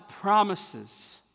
promises